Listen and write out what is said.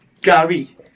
Gary